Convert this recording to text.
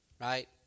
right